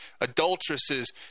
Adulteresses